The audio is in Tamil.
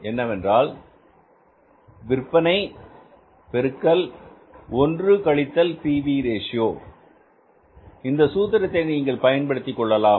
ஏனென்றால் விற்பனை பெருக்கல் ஒன்று கழித்தல் P V ratio PV Ratio இந்த சூத்திரத்தை நீங்கள் பயன்படுத்திக் கொள்ளலாம்